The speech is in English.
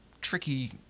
tricky